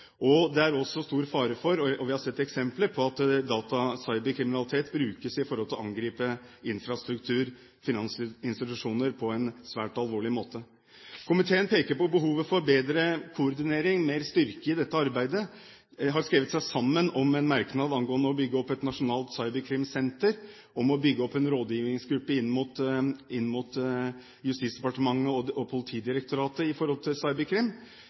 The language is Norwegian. Det er også stor fare for – som vi har sett eksempler på – at cyberkriminalitet brukes for å angripe infrastruktur og finansinstitusjoner på en svært alvorlig måte. Komiteen peker på behovet for bedre koordinering og mer styrke i dette arbeidet og har skrevet seg sammen i en merknad om å bygge opp et nasjonalt cybersenter og å bygge opp en rådgivningsgruppe inn mot Justisdepartementet og Politidirektoratet